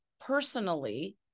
personally